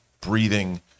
breathing